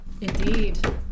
Indeed